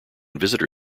visitor